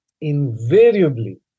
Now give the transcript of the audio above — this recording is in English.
invariably